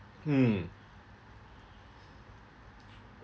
hmm